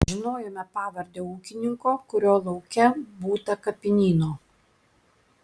žinojome pavardę ūkininko kurio lauke būta kapinyno